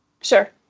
Sure